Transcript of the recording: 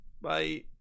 Bye